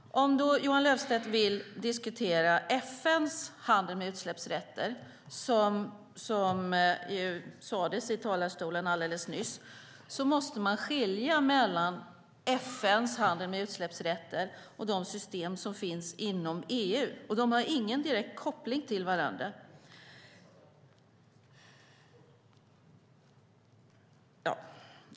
Om Johan Löfstrand vill diskutera FN:s handel med utsläppsrätter, såsom sades i talarstolen alldeles nyss, måste man skilja mellan FN:s handel med utsläppsrätter och de system som finns inom EU. De har ingen direkt koppling till varandra.